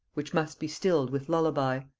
which must be still'd with lullaby.